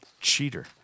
cheater